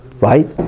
right